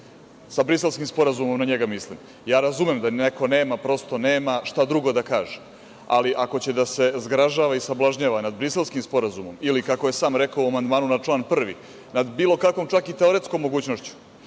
na Briselski sporazum. Razumem da neko nema, prosto nema šta drugo da kaže, ali ako će da se zgražava i sablažnjava nad Briselskim sporazumom ili kako je sam rekao u amandmanu na član 1. nad bilo kakvom čak i teoretskom mogućnošću